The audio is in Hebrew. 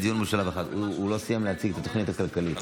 הוא לא סיים להציג את התוכנית הכלכלית.